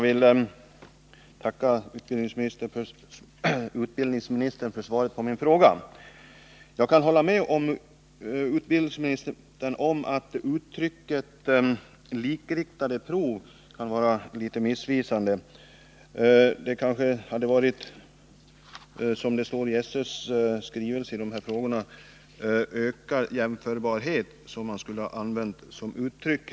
Herr talman! Jag vill tacka utbildningsministern för svaret på min fråga. Jag kan hålla med utbildningsministern om att uttrycket ”likriktade prov” kan vara litet missvisande. Det kanske hade varit bättre att använda det uttryck som återfinns i SÖ:s skrivelser i dessa frågor, nämligen prov för att ge ”ökad jämförbarhet”.